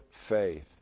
faith